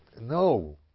No